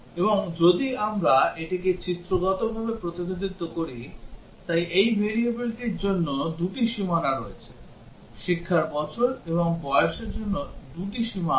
এবং যদি আমরা এটিকে চিত্রগতভাবে প্রতিনিধিত্ব করি তাই এই variableটির জন্য 2 টি সীমানা রয়েছে শিক্ষার বছর এবং বয়সের জন্য 2 টি সীমা রয়েছে